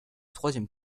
troisième